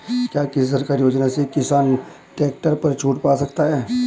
क्या किसी सरकारी योजना से किसान ट्रैक्टर पर छूट पा सकता है?